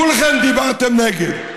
כולכם דיברתם נגד,